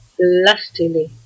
lustily